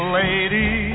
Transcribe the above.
lady